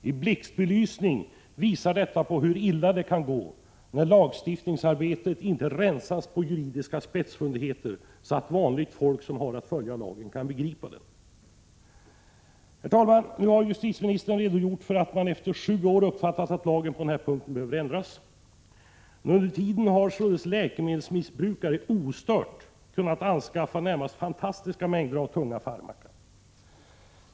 I blixtbelysning visar detta hur illa det kan gå när lagen inte rensas från juridiska spetsfundigheter för att se till att vanligt folk som har att följa lagen — Prot. 1986/87:121 också kan begripa den. 12 maj 1987 Herr talman! Nu har justitieministern redogjort för att man efter sju år uppfattat att lagen på den här punkten behöver ändras. Men under tiden har läkemedelsmissbrukare ostört kunnat anskaffa fantastiska mängder av tunga farmaka.